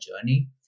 journey